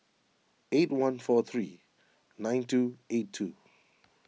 eight one four three nine two eight two